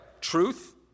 truth